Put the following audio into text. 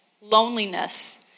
loneliness